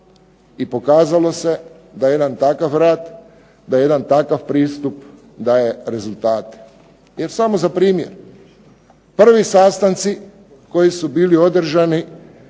I pokazalo se da jedan takav rad, da jedan takav pristup daje rezultate. Jer, samo za primjer, prvi sastanci koji su bili održani